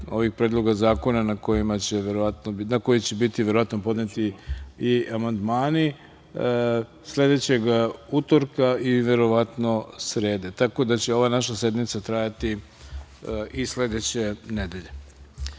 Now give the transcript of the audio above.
ovih predloga zakona na kojima će verovatno biti podneti i amandmani, sledećeg utorka i verovatno srede, tako da će ova naša sednica trajati i sledeće nedelje. Saglasno